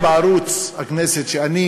חבר הכנסת חזן,